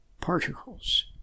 particles